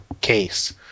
case